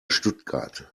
stuttgart